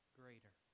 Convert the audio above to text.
greater